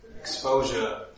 exposure